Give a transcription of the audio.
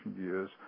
years